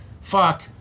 fuck